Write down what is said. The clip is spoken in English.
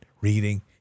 reading